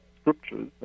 scriptures